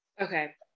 Okay